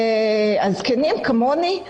זקנים כמוני,